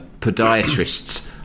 podiatrists